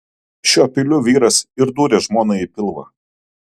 šiuo peiliu vyras ir dūrė žmonai į pilvą